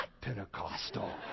Pentecostal